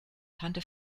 tante